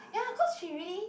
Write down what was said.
ya cause she really